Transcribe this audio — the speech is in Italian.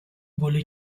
vuole